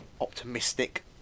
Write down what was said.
optimistic